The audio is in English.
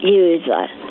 user